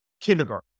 kindergarten